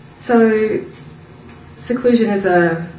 so seclusion is a